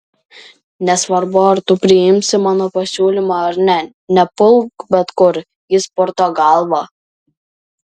nesvarbu ar tu priimsi mano pasiūlymą ar ne nepulk bet kur jis purto galvą